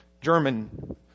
German